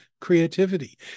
creativity